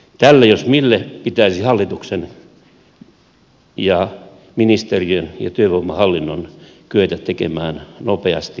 tälle jos mille pitäisi hallituksen ja ministeriön ja työvoimahallinnon kyetä tekemään nopeasti jotakin